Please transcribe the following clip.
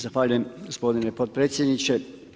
Zahvaljujem gospodine potpredsjedniče.